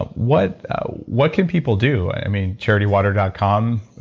but what what can people do? i mean, charitywater dot com.